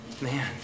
man